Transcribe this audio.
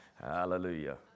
Hallelujah